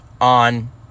on